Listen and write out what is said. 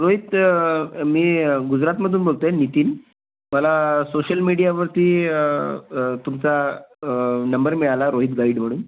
रोहित मी गुजरातमधून बोलतो आहे नितीन मला सोशल मिडीयावरती तुमचा नंबर मिळाला रोहित गाईड म्हणून